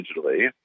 digitally